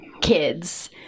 kids